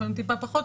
לפעמים טיפה פחות,